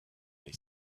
lay